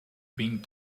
being